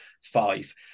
five